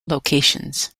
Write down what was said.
locations